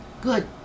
Good